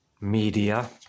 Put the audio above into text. Media